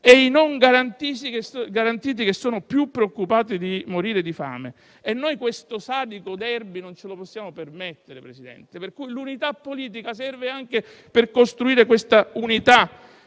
e i non garantiti che sono più preoccupati di morire di fame. Noi questo sadico *derby* non ce lo possiamo permettere, Presidente, per cui l'unità politica serve anche per costruire questa unità